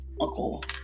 uncle